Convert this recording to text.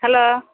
hello